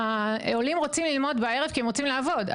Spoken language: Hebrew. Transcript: העולים רוצים ללמוד בארץ כי הם רוצים לעבוד.